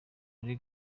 muri